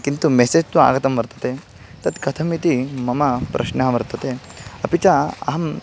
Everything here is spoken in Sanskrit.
किन्तु मेसेज् तु आगतं वर्तते तत् कथमिति मम प्रश्नः वर्तते अपि च अहं